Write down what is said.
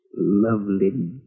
Lovely